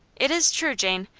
it is true, jane.